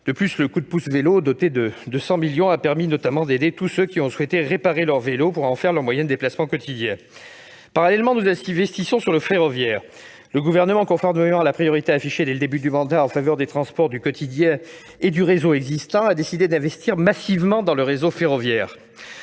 De plus, le coup de pouce « vélo », doté de 200 millions d'euros, a permis d'aider tous ceux qui ont souhaité réparer leur vélo pour en faire leur moyen de déplacement quotidien. Parallèlement, nous investissons sur le ferroviaire. Conformément à la priorité affichée dès le début du quinquennat en faveur des transports du quotidien et du réseau existant, le Gouvernement a décidé d'investir massivement dans le réseau ferroviaire.